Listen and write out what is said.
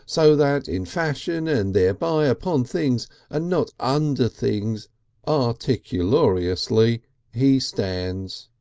so that in fashion and thereby, upon things and not under things articulariously he stands.